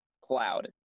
Cloud